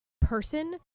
person